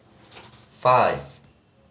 five